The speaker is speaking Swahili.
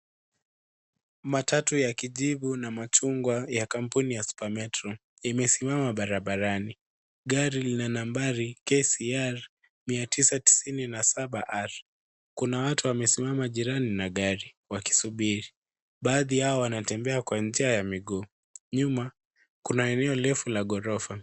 Matatu ya kijivu, na machungwa ya kampuni ya super metro , imesimama barabarani. Gari lina nambari, KCR 997 R, kuna watu wamesimama njiani, na gari, wakisubiri. Baadhi yao wanatembea kwa njia ya miguu. Nyuma, kuna eneo refu la ghorofa.